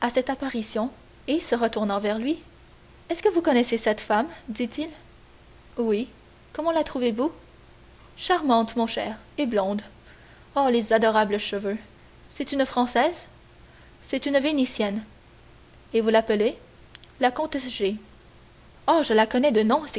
cette apparition et se retournant vers lui est-ce que vous connaissez cette femme dit-il oui comment la trouvez-vous charmante mon cher et blonde oh les adorables cheveux c'est une française c'est une vénitienne et vous l'appelez la comtesse g oh je la connais de